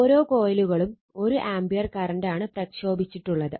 ഓരോ കോയിലുകളും 1 ആംപിയർ കറണ്ടാണ് പ്രക്ഷോഭിച്ചിട്ടുള്ളത്